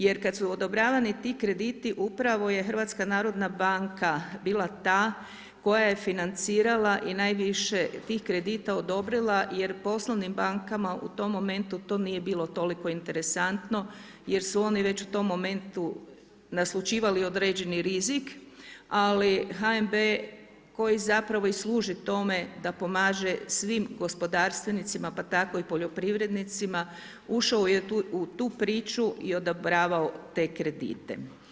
Jer kad su odobravani ti krediti upravo je HNB bila ta koja je financirala i najviše tih kredita odobrila jer poslovnim bankama u tom momentu to nije bilo toliko interesantno jer su oni već u tom momentu naslućivali određeni rizik ali HNB koji zapravo i služi tome da pomaže svim gospodarstvenicima, pa tako i poljoprivrednicima ušao je u tu priču i odobravao te kredite.